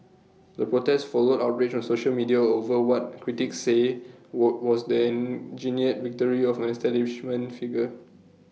the protest followed outrage on social media over what critics say what was the engineered victory of establishment figure